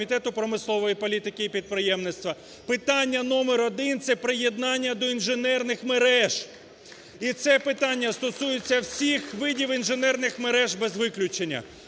Комітету промислової політики і підприємництва? Питання номер один – це приєднання до інженерних мереж. І це питання стосується всіх видів інженерних мереж без виключення.